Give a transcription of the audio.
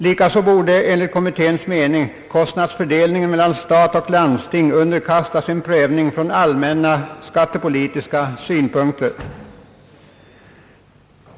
Likaså borde enligt kommitténs mening kostnadsfördelningen mellan stat och landsting underkastas en prövning från allmänna, skattepolitiska synpunkter.